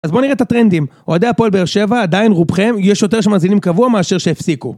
אז בואו נראה את הטרנדים. אוהדי הפועל באר שבע, עדיין רובכם יש יותר שמאזינים קבוע מאשר שהפסיקו.